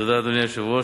תודה לאדוני היושב-ראש,